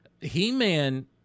He-Man